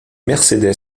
mercedes